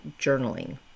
journaling